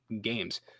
games